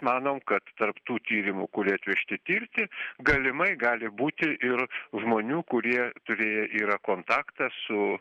manom kad tarp tų tyrimų kurie atvežti tirti galimai gali būti ir žmonių kurie turėję yra kontaktą su